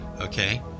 okay